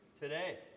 today